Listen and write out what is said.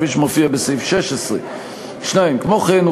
כפי שמופיע בסעיף 16. 2. כמו כן,